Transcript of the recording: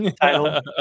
title